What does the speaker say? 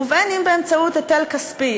ואם באמצעות היטל כספי,